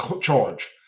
charge